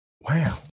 Wow